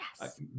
yes